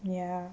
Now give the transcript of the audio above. ya